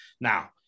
now